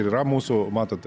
ir yra mūsų matot